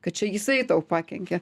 kad čia jisai tau pakenkė